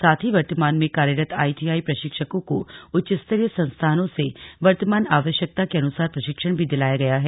साथ ही वर्तमान में कार्यरत आईटीआई प्रशिक्षकों को उच्चस्तरीय संस्थानों से वर्तमान आवश्यकता के अनुसार प्रशिक्षण भी दिलाया गया है